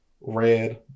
red